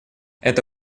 это